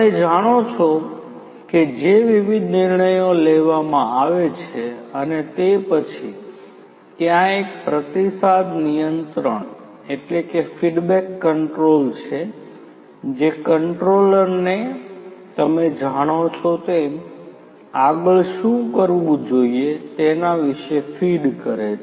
તમે જાણો છો કે જે વિવિધ નિર્ણયો લેવામાં આવે છે અને તે પછી ત્યાં એક પ્રતિસાદ નિયંત્રણ ફિડબેક કંટ્રોલ છે જે કંટ્રોલરને તમે જાણો છો તેમ આગળ શું કરવું જોઈએ તેના વિષે ફીડ કરે છે